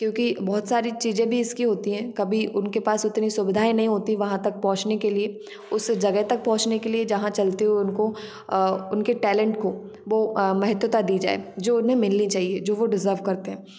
क्योंकि बहुत सारी चीजें भी इसकी होती हैं कभी उनके पास उतनी सुविधाएं नहीं होती वहाँ तक पहुंचने के लिए उस जगह तक पहुंचने के लिए जहाँ चलते हुए उनको उनके टैलेंट को वो महत्वता दी जाए जो उन्हें मिलनी चाहिए जो वो डिजर्व करते हैं